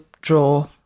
draw